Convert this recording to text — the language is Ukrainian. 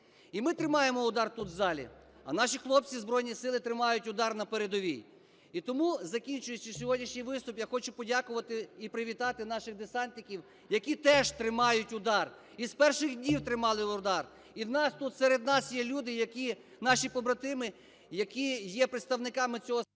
І ми тримаємо удар тут в залі. А наші хлопці, Збройні Сили, тримають удар на передовій. І тому, закінчуючи сьогоднішній виступ, я хочу подякувати і привітати наших десантників, які теж тримають удар, і з перших днів тримали удар. І у нас тут серед нас є люди, які… наші побратими, які є представниками цього… Веде